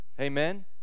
Amen